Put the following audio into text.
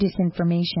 disinformation